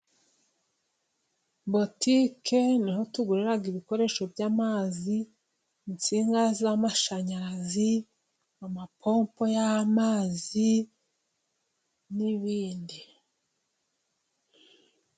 Botike ni ho tugurira ibikoresho by'amazi insinga z'amashanyarazi amapompo y'amazi n'ibindi.